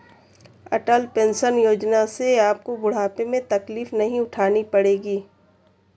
अटल pension Yojana से आपको बुढ़ापे में तकलीफ नहीं उठानी पड़ेगी